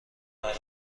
برای